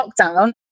lockdown